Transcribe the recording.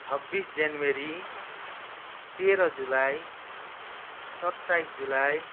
छब्बिस जेनवरी तेह्र जुलाई सत्ताइस जुलाई